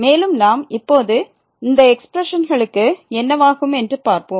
மேலும் நாம் இப்போது இந்த எக்ஸ்பிரஷன்களுக்கு என்னவாகும் என்று பார்ப்போம்